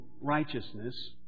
righteousness